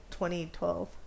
2012